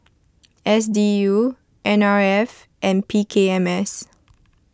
S D U N R F and P K M S